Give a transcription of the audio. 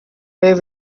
pray